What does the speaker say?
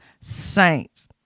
saints